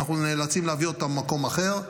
ואנחנו נאלצים להביא אותה ממקום אחר.